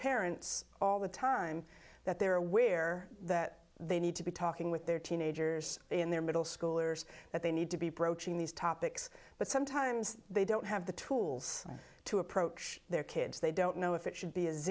parents all the time that they're aware that they need to be talking with their teenagers in their middle schoolers that they need to be broaching these topics but sometimes they don't have the tools to approach their kids they don't know if it should be a